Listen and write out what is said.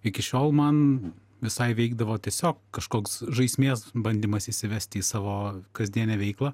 iki šiol man visai veikdavo tiesiog kažkoks žaismės bandymas įsivesti į savo kasdienę veiklą